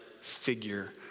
figure